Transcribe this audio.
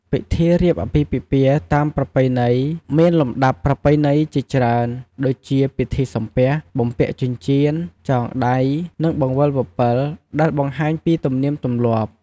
ពិធីរៀបអាពាហ៍ពិពាហ៍តាមប្រពៃណីមានលំដាប់ប្រពៃណីជាច្រើន ដូចជា ពិធីសំពះ បំពាក់ចិញ្ចៀន ចងដៃ និងបង្វិលពពិល ដែលបង្ហាញពី ទំនៀមទម្លាប់។